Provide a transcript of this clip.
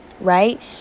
right